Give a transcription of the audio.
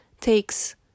takes